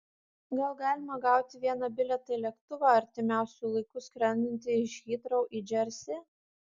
gal galima gauti vieną bilietą į lėktuvą artimiausiu laiku skrendantį iš hitrou į džersį